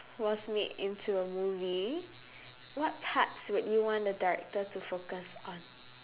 was made into a movie what parts would you want the director to focus on